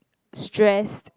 stress